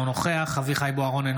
אינו נוכח אביחי אברהם בוארון,